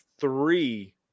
three